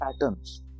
patterns